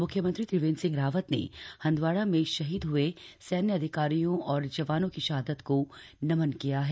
म्ख्यमंत्री त्रिवेन्द्र सिंह रावत ने हंदवा में शहीद हुए सैन्य अधिकारियों और जवानों की शहादत को नमन किया है